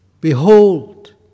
Behold